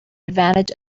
advantage